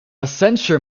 censure